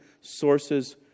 Sources